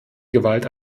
gewalt